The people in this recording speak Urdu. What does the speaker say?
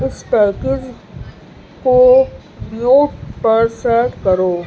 اسپیکرز کو میوٹ پر سیٹ کرو